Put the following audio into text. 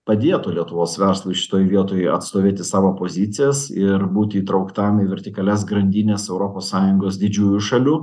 padėtų lietuvos verslui šitoj vietoj atstovėti savo pozicijas ir būti įtrauktam į vertikalias grandines europos sąjungos didžiųjų šalių